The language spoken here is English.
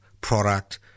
product